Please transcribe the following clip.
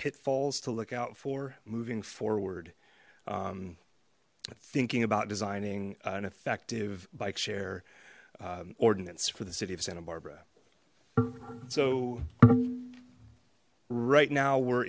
pitfalls to look out for moving forward thinking about designing an effective bike share ordinance for the city of santa barbara so right now we're